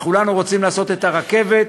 כולנו רוצים לעשות את הרכבת.